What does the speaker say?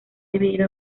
dividido